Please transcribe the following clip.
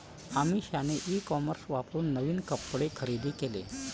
अमिषाने e commerce वापरून नवीन कपडे खरेदी केले